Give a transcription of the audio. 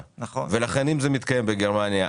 לכן אם זה מתקיים בגרמנייה,